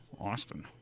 Austin